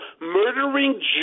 Murdering